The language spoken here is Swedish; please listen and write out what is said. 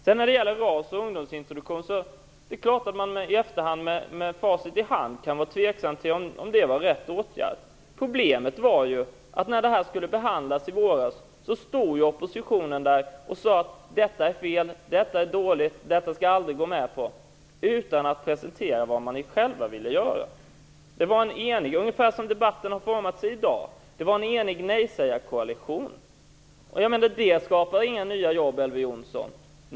Beträffande RAS och ungdomsintroduktion är det klart att man med facit i hand kan vara tveksam till om detta var rätt åtgärder. Problemet var att när denna fråga skulle behandlas i våras sade oppositionen: Detta är dåligt. Detta skall jag aldrig gå med på. Man presenterade inte vad man själv ville göra. Det var en enig nejsägarkoalition - ungefär så som debatten har format sig här i dag. Det skapar inga nya jobb, Elver Jonsson.